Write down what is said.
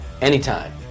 anytime